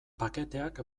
paketeak